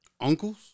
Uncles